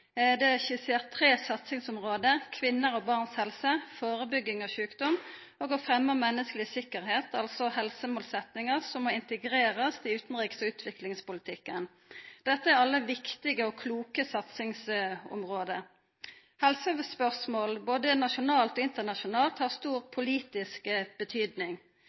Det er skissert tre satsingsområde: Kvinners og barns helse, førebygging av sjukdom og fremming av menneskeleg sikkerheit, altså helsemotsetnader som må integrerast i utanriks- og utviklingspolitikken. Alle desse er viktige og kloke satsingsområde. Helsespørsmål, både nasjonalt og internasjonalt, har stor politisk